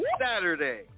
Saturday